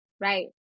Right